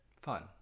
fun